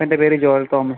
എൻ്റെ പേര് Joel Thomas